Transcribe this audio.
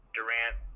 Durant